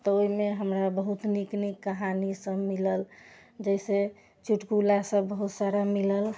तऽ ओहिमे हमरा बहुत नीक नीक कहानी सब मिलल जैसे चुटकुला सब बहुत सारा मिलल